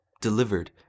delivered